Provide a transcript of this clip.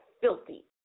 filthy